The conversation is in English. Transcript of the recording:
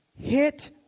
hit